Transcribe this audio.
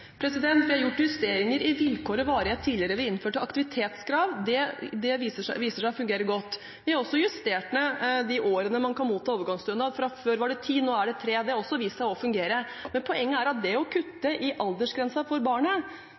dag? Vi har gjort justeringer i vilkår og varighet tidligere. Vi innførte aktivitetskrav. Det viser seg å fungere godt. Vi har også justert ned de årene man kan motta overgangsstønad. Før var det ti år, nå er det tre år. Det har også vist seg å fungere. Men poenget er at det å kutte i aldersgrensen for